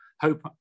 hope